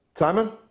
Simon